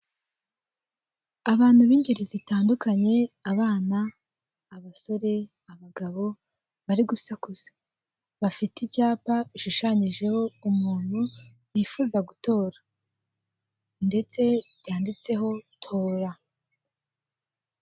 Abantu b'ingeri zitandukanye abana, abasore, abagabo bari gusakuza, bafite ibyapa bishushanyijeho umuntu bifuza gutora ndetse byanditseho tora.